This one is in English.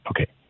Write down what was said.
Okay